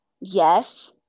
Yes